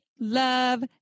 love